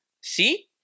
See